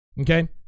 Okay